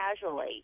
casually